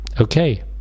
okay